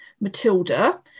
matilda